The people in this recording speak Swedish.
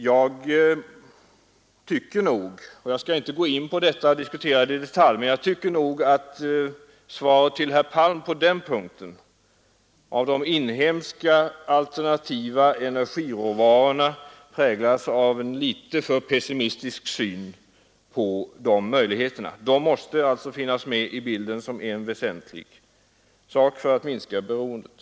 Jag tycker nog — jag skall inte diskutera detta i detalj — att svaret till herr Palm beträffande de inhemska alternativa energiråvarorna präglas av en för pessimistisk syn. Dessa råvaror måste finnas med i bilden som något väsentligt för att minska beroendet.